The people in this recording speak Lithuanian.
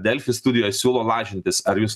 delfi studijoj siūlo lažintis ar jūs